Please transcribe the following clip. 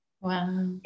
Wow